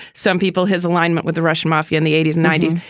some people his alignment with the russian mafia in the eighty s, ninety